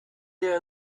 their